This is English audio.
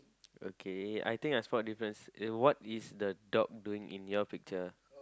okay I think I spot a difference uh what is the dog doing in your picture